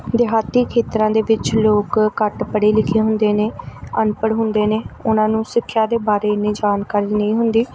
ਦਿਹਾਤੀ ਖੇਤਰਾਂ ਦੇ ਵਿੱਚ ਲੋਕ ਘੱਟ ਪੜ੍ਹੇ ਲਿਖੇ ਹੁੰਦੇ ਨੇ ਅਨਪੜ੍ਹ ਹੁੰਦੇ ਨੇ ਉਹਨਾਂ ਨੂੰ ਸਿੱਖਿਆ ਦੇ ਬਾਰੇ ਇੰਨੀ ਜਾਣਕਾਰੀ ਨਹੀਂ ਹੁੰਦੀ